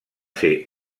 ser